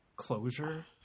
closure